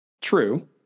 True